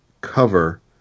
cover